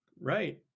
Right